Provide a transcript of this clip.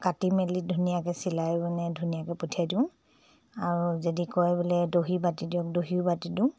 কাটি মেলি ধুনীয়াকৈ চিলাই মানে ধুনীয়াকৈ পঠিয়াই দিওঁ আৰু যদি কয় বোলে দহি বাতি দিয়ক দহিও বাতি দিওঁ